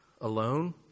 alone